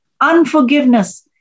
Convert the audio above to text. unforgiveness